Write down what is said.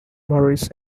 morris